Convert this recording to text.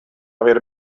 aver